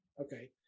Okay